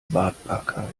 wartbarkeit